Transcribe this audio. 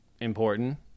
important